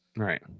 Right